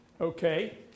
Okay